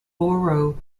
borough